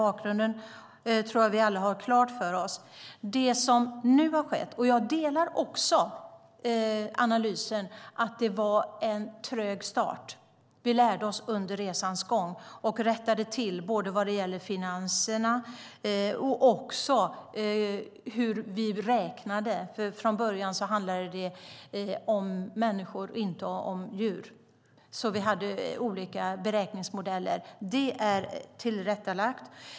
Jag tror att vi alla har hela den bakgrunden klar för oss. Jag delar också analysen att det var en trög start. Vi lärde oss under resans gång och rättade till sådant som gällde både finanserna och sättet att räkna. Från början handlade det om människor och inte om djur, och vi hade olika beräkningsmodeller. Det är tillrättalagt.